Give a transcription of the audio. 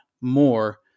more